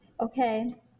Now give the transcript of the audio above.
okay